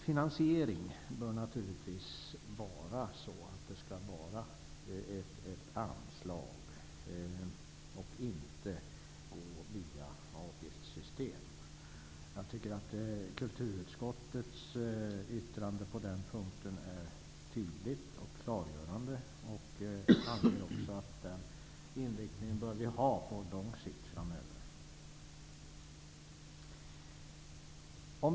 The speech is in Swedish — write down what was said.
Radio Sweden bör naturligtvis finansieras genom anslag och inte via avgiftssystem. Jag tycker att kulturutskottets yttrande på den punkten är tydligt och klargörande, och jag anser också att vi bör ha den inriktningen på lång sikt.